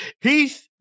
Heath